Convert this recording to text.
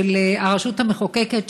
של הרשות המחוקקת,